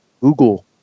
Google